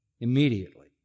immediately